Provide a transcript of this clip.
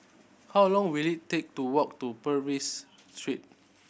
how long will it take to walk to Purvis Street